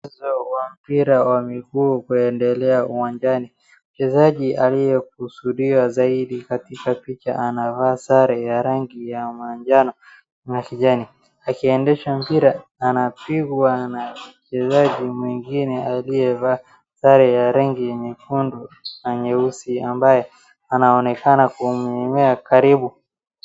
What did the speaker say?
Mchezo wa mpira wa mguu kuendelea uwanjani, mchezaji aliyekusudia zaiidi katika picha anavaa sare ya rangi ya manjano ama kijani akiendesha mpira, anapigwa na mcheaji mwingine aliyevaa sare ya rangi nyekundu na nyeusi ambaye anaonekana kumjongea karibu.